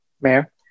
Mayor